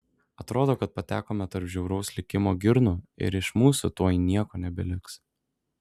atrodo kad patekome tarp žiauraus likimo girnų ir iš mūsų tuoj nieko nebeliks